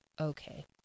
okay